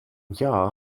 jahr